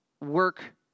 work